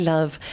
Love